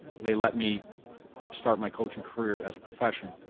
they let me start my coaching career as a profession.